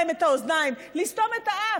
לסתום להם את האוזניים, לסתום את האף.